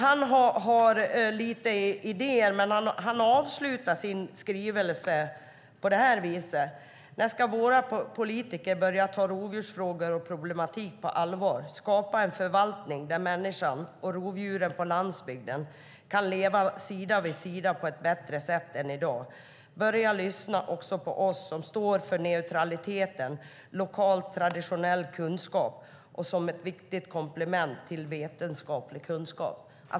Han har en del idéer, och han avslutar sin skrivelse på det här viset: När ska våra politiker börja ta rovdjursfrågor och rovdjursproblematik på allvar? Skapa en förvaltning, så att människan och rovdjuren på landsbygden kan leva sida vid sida på ett bättre sätt än i dag! Börja lyssna också på oss som står för neutralitet och lokal traditionell kunskap som ett viktigt komplement till vetenskaplig kunskap!